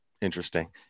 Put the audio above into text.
Interesting